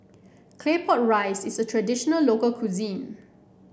Claypot Rice is a traditional local cuisine